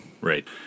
right